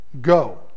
go